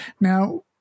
now